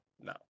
no